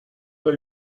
pas